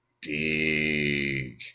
dig